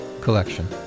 collection